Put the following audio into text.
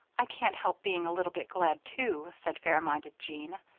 i can't help being a little bit glad, too, said fair-minded jean.